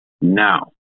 Now